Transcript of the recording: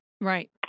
Right